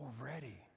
already